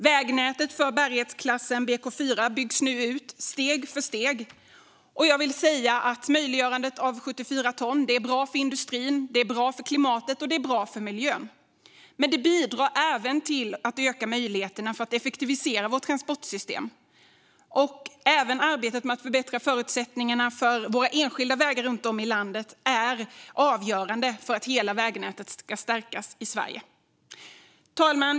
Vägnätet för bärighetsklassen BK4 byggs nu ut steg för steg. Jag vill säga att möjliggörandet av 74 ton är bra för industrin, för klimatet och miljön. Men det bidrar även till att öka möjligheterna att effektivisera vårt transportsystem. Även arbetet med att förbättra förutsättningarna för våra enskilda vägar runt om i landet är avgörande för att hela vägnätet ska stärkas i Sverige. Fru talman!